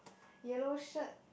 yellow shirt